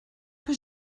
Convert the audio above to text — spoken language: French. que